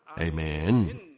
Amen